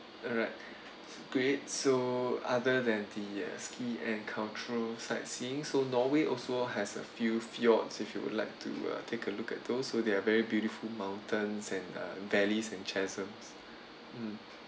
alright great so other than the uh ski and cultural sightseeing so norway also has a few fjords if you would like to uh take a look at those so there are very beautiful mountains and uh valleys and chasms um